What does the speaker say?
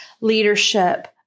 leadership